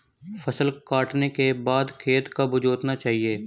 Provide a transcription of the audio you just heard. फसल काटने के बाद खेत कब जोतना चाहिये?